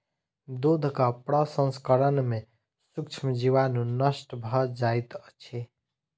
दूधक प्रसंस्करण में सूक्ष्म जीवाणु नष्ट भ जाइत अछि